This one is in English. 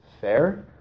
fair